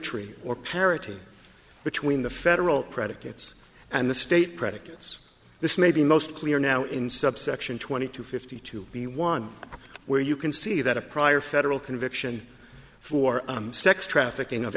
y or parity between the federal predicates and the state predicates this may be most clear now in subsection twenty two fifty two b one where you can see that a prior federal conviction for sex trafficking of